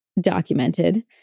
documented